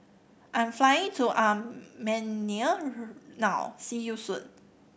I'm flying to Armenia now see you soon